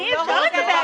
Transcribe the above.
לא.